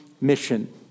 mission